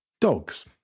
dogs